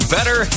Better